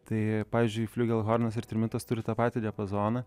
tai pavyzdžiui fliugelhornas ir trimitas turi tą patį diapazoną